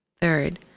Third